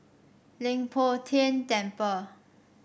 Leng Poh Tian Temple